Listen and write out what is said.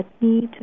need